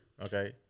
okay